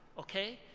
ok,